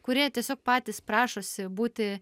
kurie tiesiog patys prašosi būti